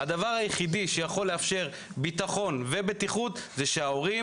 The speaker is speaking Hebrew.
הדבר היחיד שיכול לאפשר ביטחון ובטיחות זה שלהורים